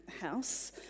house